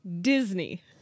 Disney